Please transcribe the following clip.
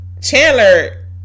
Chandler